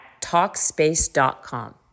Talkspace.com